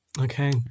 okay